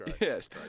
Yes